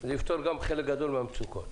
בנושא הזה זה יפתור גם חלק גדול מהמצוקות.